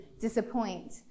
disappoint